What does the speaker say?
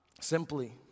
simply